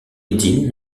idylle